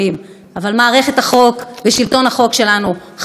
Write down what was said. אבל מערכת החוק ושלטון החוק שלנו חזקה,